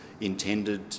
intended